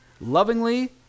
lovingly